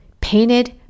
painted